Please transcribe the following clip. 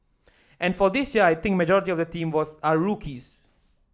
and for this year I think majority of the team was are rookies